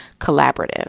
collaborative